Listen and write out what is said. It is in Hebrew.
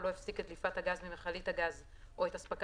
או לא הפסיק את דליפת הגז ממכלית הגז או את הספקת